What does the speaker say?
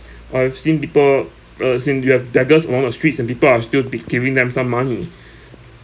I've seen people uh seen there are beggars among the streets and people are still be giving them some money